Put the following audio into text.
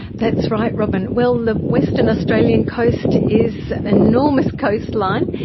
that's right robyn. well, the western australian coast is an enormous coastline,